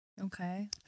Okay